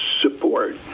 support